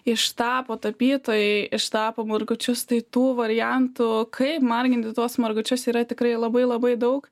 ištapo tapytojai ištapo margučius tai tų variantų kaip marginti tuos margučius yra tikrai labai labai daug